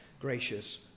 gracious